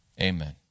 amen